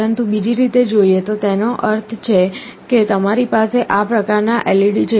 પરંતુ બીજી રીતે જોઈએ તો તેનો અર્થ છે કે તમારી પાસે આ પ્રકાર ના LED છે